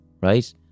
right